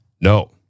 No